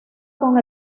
con